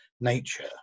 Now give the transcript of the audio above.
nature